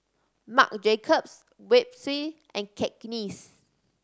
Marc Jacobs Schweppes and Cakenis